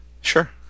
Sure